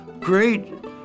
great